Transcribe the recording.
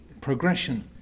progression